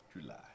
July